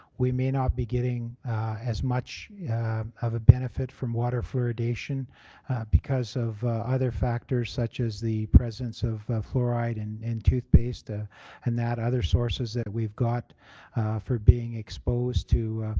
we may not be getting as much yeah of a benefit from water fluoridation because of other factors such as the presence of fluoride in and toothpaste ah and that, other sources that we've got for being exposed to